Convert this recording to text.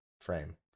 frame